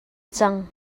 cang